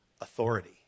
authority